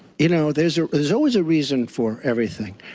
you know, there is is always a reason for everything.